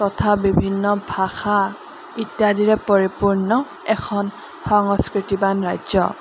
তথা বিভিন্ন ভাষা ইত্যাদিৰে পৰিপূৰ্ণ এখন সংস্কৃতিবান ৰাজ্য